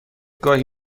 گاهی